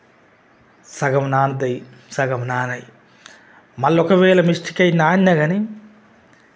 సగం నానతాయి సగం నానాయి మళ్ళ ఒక వేళ మిస్టేక్ అయ్యి నానినా గానీ